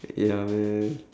ya man